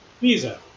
Visa